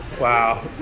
Wow